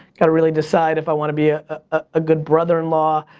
got to really decide if i want to be a good brother-in-law,